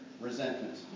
resentment